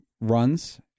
runs